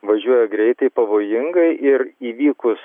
važiuoja greitai pavojingai ir įvykus